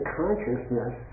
consciousness